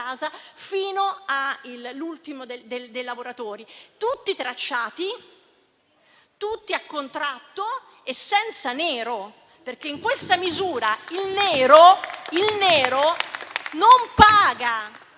all'ultimo dei lavoratori, tutti tracciati, tutti a contratto e senza nero, perché in questa misura il nero non paga.